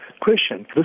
question